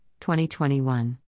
2021